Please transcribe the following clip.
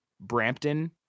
Brampton